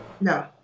No